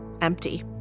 empty